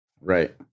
Right